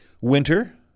Winter